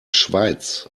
schweiz